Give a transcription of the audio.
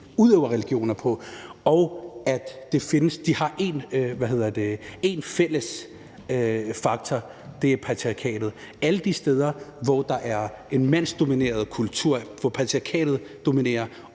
udøver religioner på. Det har én fælles faktor, nemlig patriarkatet. Det findes alle de steder, hvor der er en mandsdomineret kultur, hvor patriarkatet dominerer,